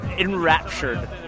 enraptured